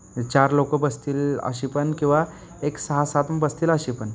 चार लोकं बसतील अशी पण किंवा एक सहा सात बसतील अशी पण